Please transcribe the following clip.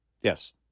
Yes